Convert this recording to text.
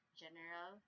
general